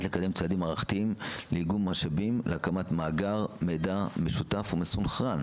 לקדם צעדים מערכתיים לאיגום משאבים להקמת מאגר מידע משותף ומסונכרן,